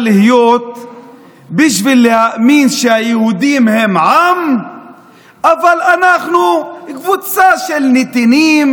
להיות בשביל להאמין שהיהודים הם עם אבל אנחנו קבוצה של נתינים,